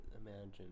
imagine